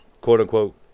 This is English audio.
quote-unquote